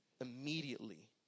immediately